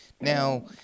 Now